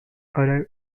arrive